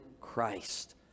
Christ